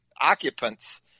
occupants